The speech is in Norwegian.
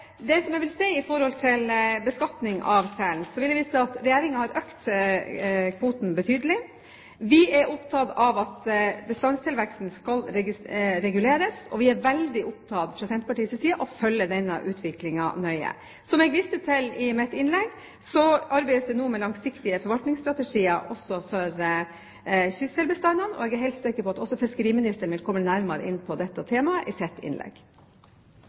det er jeg helt sikker på at også representanten Nesvik er opptatt av. Når det gjelder beskatning av selen, vil jeg vise til at Regjeringen har økt kvoten betydelig. Vi er opptatt av at bestandtilveksten skal reguleres, og vi er fra Senterpartiets side veldig opptatt av å følge denne utviklingen nøye. Som jeg viste til i mitt innlegg, arbeides det nå med langsiktige forvaltningsstrategier også for kystselbestandene, og jeg er helt sikker på at fiskeriministeren vil komme nærmere inn på dette temaet i sitt innlegg.